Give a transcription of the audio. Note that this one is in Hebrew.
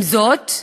עם זאת,